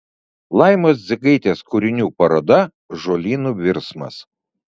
laimos dzigaitės kūrinių paroda žolynų virsmas